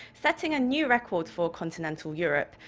setting a new record for continental europe.